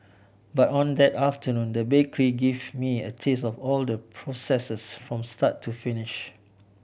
but on that afternoon the bakery gave me a taste of all the processes from start to finish